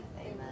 Amen